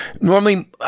normally